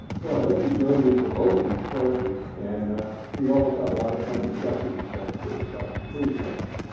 so i hope you join me for both of these courses, and we always have a lot of fun discussing this stuff, too. so please join us.